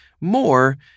more